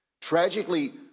Tragically